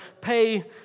pay